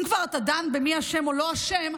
אם כבר אתה דן במי אשם או לא אשם,